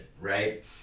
right